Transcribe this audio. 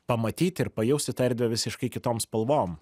pamatyti ir pajausti tą erdvę visiškai kitom spalvom